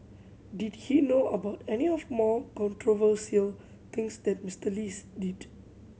did he know about any of more controversial things that Mister Lee's did